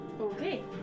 Okay